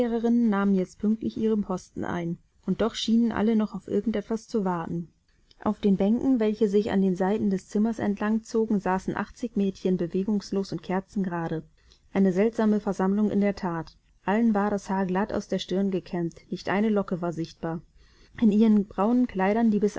nahmen jetzt pünktlich ihre posten ein und doch schienen alle noch auf irgend etwas zu warten auf den bänken welche sich an den seiten des zimmers entlang zogen saßen achtzig mädchen bewegungslos und kerzengerade eine seltsame versammlung in der that allen war das haar glatt aus der stirn gekämmt nicht eine locke war sichtbar in ihren braunen kleidern